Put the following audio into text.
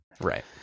Right